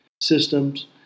systems